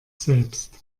selbst